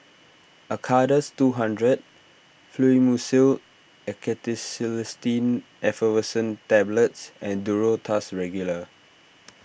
Acardust two hundred Fluimucil Acetylcysteine Effervescent Tablets and Duro Tuss Regular